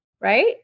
right